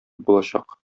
булачак